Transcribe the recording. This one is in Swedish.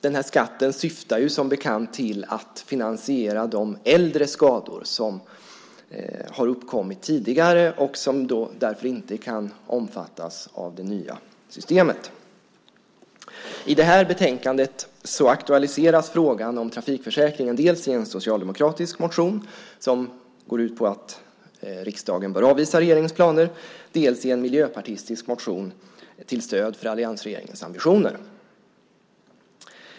Denna skatt syftar som bekant till att finansiera de skador som har uppkommit tidigare och som därför inte kan omfattas av det nya systemet. I detta betänkande aktualiseras frågan om trafikförsäkringen dels i en socialdemokratisk motion som går ut på att riksdagen bör avvisa regeringens planer, dels i en miljöpartistisk motion till stöd för alliansregeringens ambitioner.